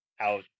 Out